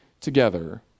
together